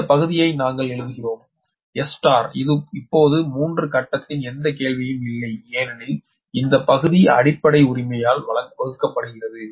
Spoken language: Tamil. இந்த பகுதியை நாங்கள் எழுதுகிறோம் S இது இப்போது 3 கட்டத்தின் எந்த கேள்வியும் இல்லை ஏனெனில் இந்த பகுதி அடிப்படை உரிமையால் வகுக்கப்படுகிறது